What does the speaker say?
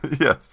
Yes